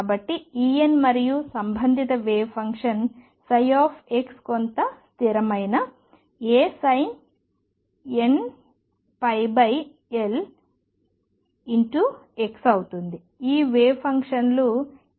కాబట్టి En మరియు సంబంధిత వేవ్ ఫంక్షన్ ψ కొంత స్థిరమైన A sin nπL x అవుతుంది ఈ వేవ్ ఫంక్షన్లు ఎలా కనిపిస్తాయి